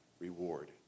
reward